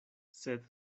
sed